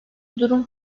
durum